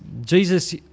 jesus